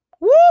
Woo